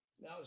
now